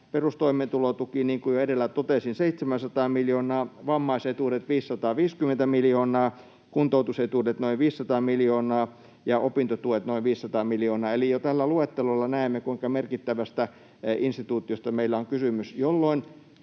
perustoimeentulotuki, niin kuin jo edellä totesin, 700 miljoonaa, vammaisetuudet 550 miljoonaa, kuntoutusetuudet noin 500 miljoonaa ja opintotuet noin 500 miljoonaa. Eli jo tällä luettelolla näemme, kuinka merkittävästä instituutiosta on kysymys, jolloin